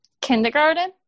kindergarten